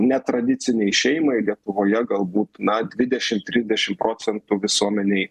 netradicinei šeimai lietuvoje galbūt na dvidešim trisdešim procentų visuomenėj